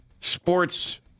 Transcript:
sports